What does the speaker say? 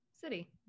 city